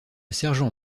sergent